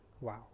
Wow